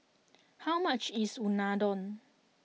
how much is Unadon